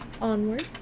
onwards